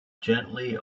gently